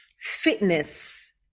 fitness